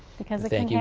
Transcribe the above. because it and yeah